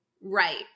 right